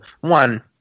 One